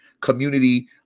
community